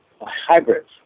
hybrids